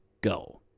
go